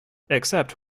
except